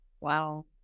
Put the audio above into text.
Wow